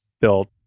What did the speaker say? built